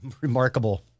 Remarkable